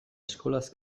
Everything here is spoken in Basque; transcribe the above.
eskolaz